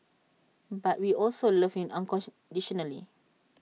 but we also love him unconditionally